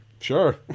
Sure